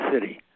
city